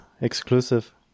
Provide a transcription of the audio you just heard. exclusive